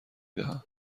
دهم